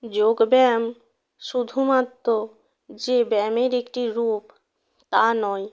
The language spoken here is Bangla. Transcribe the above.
যোগব্যায়াম শুধুমাত্ত যে ব্যায়ামের একটি রূপ তা নয়